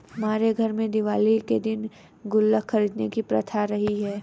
हमारे घर में दिवाली के दिन गुल्लक खरीदने की प्रथा रही है